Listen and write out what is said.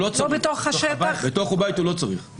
צריך,